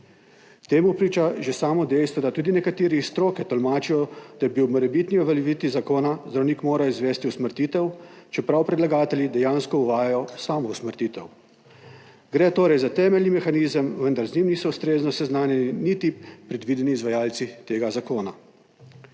Temu priča že samo dejstvo, da tudi nekateri iz stroke tolmačijo, da bi ob morebitni uveljavitvi zakona zdravnik moral izvesti usmrtitev, čeprav predlagatelji dejansko uvajajo samousmrtitev. Gre torej za temeljni mehanizem, vendar z njim niso ustrezno seznanjeni niti predvideni izvajalci tega zakona.